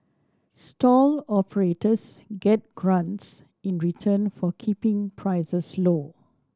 stall operators get grants in return for keeping prices low